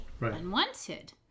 unwanted